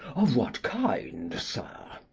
of what kind, sir?